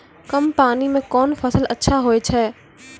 कम पानी म कोन फसल अच्छाहोय छै?